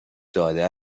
داده